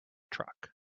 truck